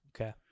Okay